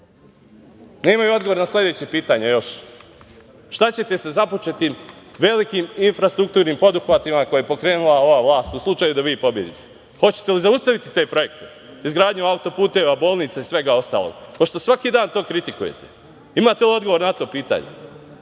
odgovor na sledeće pitanje - šta ćete sa započetim velikim infrastrukturnim poduhvatima koje je pokrenula ova vlast, u slučaju da vi pobedite? Hoćete li zaustaviti te projekte - izgradnju auto-puteva, bolnica i svega ostalog, pošto svaki dan to kritikujete? Imate li odgovor na to pitanje?